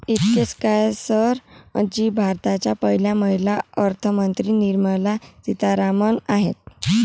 इतकेच काय, सर जी भारताच्या पहिल्या महिला अर्थमंत्री निर्मला सीतारामन आहेत